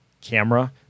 camera